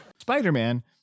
Spider-Man